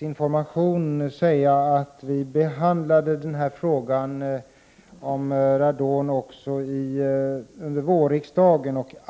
information säga att vi behandlade frågan om radon också under vårriksdagen, inkl.